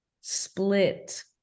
split